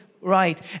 right